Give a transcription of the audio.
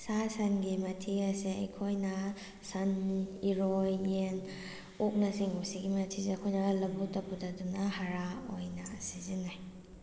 ꯁꯥ ꯁꯟꯒꯤ ꯃꯊꯤ ꯑꯁꯤ ꯑꯩꯈꯣꯏꯅ ꯁꯟ ꯏꯔꯣꯏ ꯌꯦꯟ ꯑꯣꯛꯅ ꯆꯤꯡꯕ ꯁꯤꯒꯤ ꯃꯊꯤꯁꯦ ꯑꯩꯈꯣꯏꯅ ꯂꯧꯕꯨꯛꯇ ꯄꯨꯊꯗꯨꯅ ꯍꯥꯔꯥ ꯑꯣꯏꯅ ꯁꯤꯖꯤꯟꯅꯩ